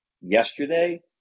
yesterday